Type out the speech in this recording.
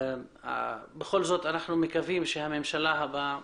בכל זאת אנחנו מקווים שהממשלה הבאה